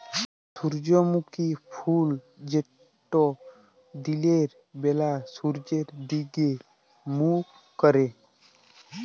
সূর্যমুখী ফুল যেট দিলের ব্যালা সূর্যের দিগে মুখ ক্যরে